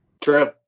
True